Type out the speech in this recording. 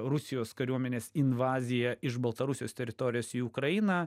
rusijos kariuomenės invaziją iš baltarusijos teritorijos į ukrainą